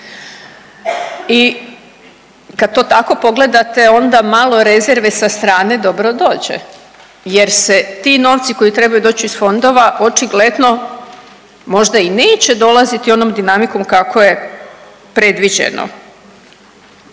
i kad to tako pogledate, onda malo rezerve sa strane dobro dođe jer se ti novci koji trebaju doći iz fondova očigledno možda i neće dolaziti onom dinamikom kako je predviđeno.